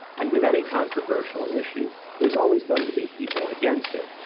and with any controversial issue there's always going to be people against it.